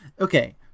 okay